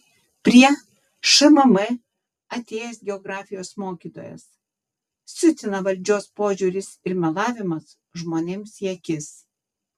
prie šmm atėjęs geografijos mokytojas siutina valdžios požiūris ir melavimas žmonėms į akis